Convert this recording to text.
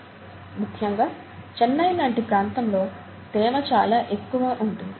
ముఖ్యంగా చెన్నై లాంటి ప్రాంతంలో తేమ చాలా ఎక్కువ ఉంటుంది